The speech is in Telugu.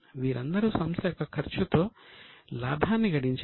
వీరందరూ సంస్థ యొక్క ఖర్చుతో లాభాన్ని గడించారు